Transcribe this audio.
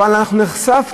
אלא אנחנו נחשפנו,